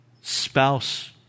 spouse